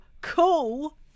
cool